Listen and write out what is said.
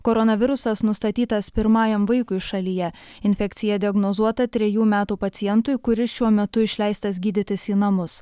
koronavirusas nustatytas pirmajam vaikui šalyje infekcija diagnozuota trejų metų pacientui kuris šiuo metu išleistas gydytis į namus